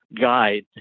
guide